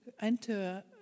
enter